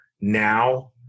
now